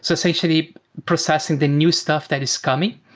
so essentially processing the new stuff that is coming.